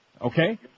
Okay